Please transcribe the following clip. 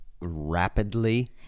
rapidly